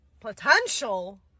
Potential